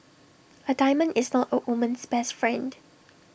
A diamond is not A woman's best friend